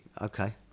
Okay